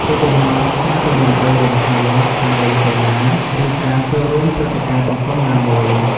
ឧទាហរណ៍ ការទៅញ៉ាំអីរួមគ្នា ការលេងកីឡា ឬការចូលរួមព្រឹត្តិការណ៍សង្គមណាមួយ។